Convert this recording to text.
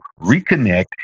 reconnect